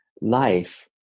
life